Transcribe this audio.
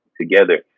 together